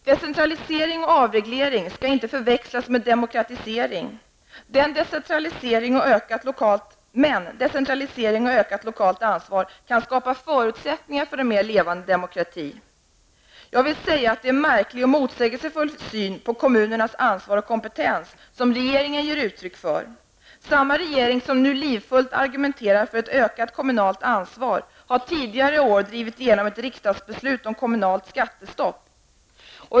Decentralisering och avreglering skall inte förväxlas med demokratisering. Men decentralisering och ökat lokalt ansvar kan skapa förutsättningar för en mer levande demokrati. Det är en märklig och motsägelsefull syn på kommunernas ansvar och kompetens som regeringen ger uttryck för. Samma regering som nu livfullt argumenterar för ett ökat kommunalt ansvar har tidigare i år drivit igenom ett riksdagsbeslut om kommunalt skattestopp.